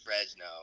Fresno